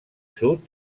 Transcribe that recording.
sud